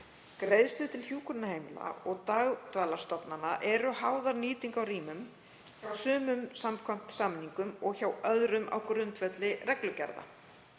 Greiðslur til hjúkrunarheimila og dagdvalarstofnana eru háðar nýtingu á rýmum, hjá sumum samkvæmt samningum og hjá öðrum á grundvelli reglugerða.